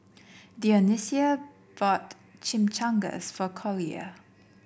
Dionicio bought Chimichangas for Collier